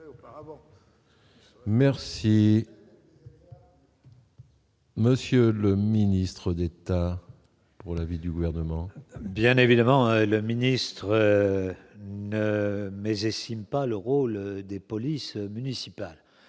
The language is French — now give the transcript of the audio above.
merci. Monsieur le ministre d'État pour la vie du gouvernement. Bien évidemment, le ministre ne mésestime pas le rôle des polices municipales